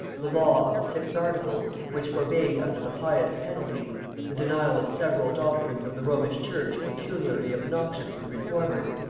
the law of the six articles, which forbade under the highest penalties the denial of several doctrines of the romish church peculiarly obnoxious to the reformers,